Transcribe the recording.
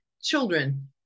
children